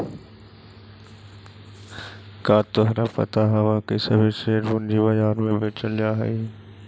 का तोहरा पता हवअ की सभी शेयर पूंजी बाजार में बेचल जा हई